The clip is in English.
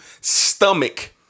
stomach